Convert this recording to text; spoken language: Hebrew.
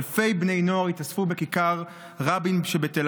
אלפי בני נוער התאספו בכיכר רבין בתל